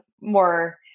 more